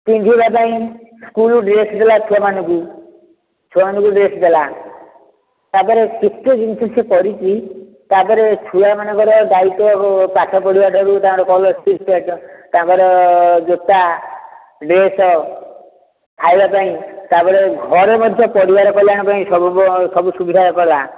ପିନ୍ଧିବା ପାଇଁ school dress ଦେଲା ଛୁଆମାନଙ୍କୁ ଛୁଆମାନଙ୍କୁ ଡ୍ରେସ୍ ଦେଲା ତା'ପରେ କେତେ ଜିନିଷ ସେ କରିଛି ତା'ପରେ ଛୁଆମାନଙ୍କର ଦାୟିତ୍ୱ ପାଠ ପଢ଼ିବାଠାରୁ ତାଙ୍କର କଲେଜ୍ ଫିସ୍ ସହିତ ତାଙ୍କର ଜୋତା ଡ୍ରେସ୍ ଖାଇବା ପାଇଁ ତା'ପରେ ଘରେ ମଧ୍ୟ ପରିବାର କଲ୍ୟାଣ ପାଇଁ ସବୁ ସବୁ ସବିଧା କଲା